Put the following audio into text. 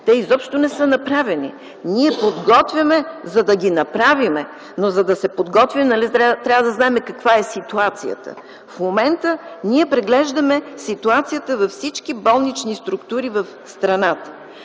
Те изобщо не са направени. Ние подготвяме нещата, за да ги направим, но за да се подготви, нали трябва да знаем каква е ситуацията? В момента ние преглеждаме ситуацията във всички болнични структури в страната.